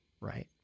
right